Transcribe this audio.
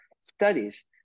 studies